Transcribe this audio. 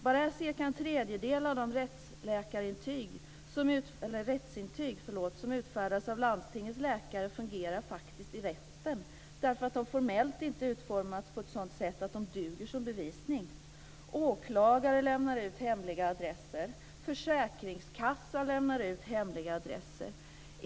Bara cirka en tredjedel av de rättsintyg som utfärdas av landstingens läkare fungerar faktiskt i rätten, därför att de formellt inte utformas på ett sådant sätt att de duger som bevisning. Åklagare lämnar ut hemliga adresser. Försäkringskassor lämnar ut hemliga adresser.